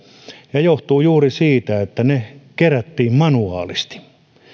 ja se johtuu juuri siitä että ne kerättiin manuaalisesti